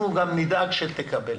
אנחנו גם נדאג שתקבל